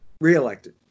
Re-elected